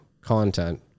content